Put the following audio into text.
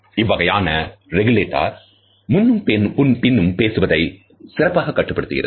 இவ்வகையான ரெகுலேட்டர் முன்னும் பின்னும் பேசுவதை சிறப்பாக கட்டுப்படுத்துகின்றது